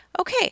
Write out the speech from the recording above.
okay